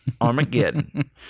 Armageddon